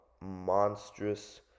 monstrous